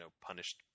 punished